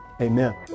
Amen